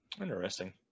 Interesting